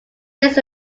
raised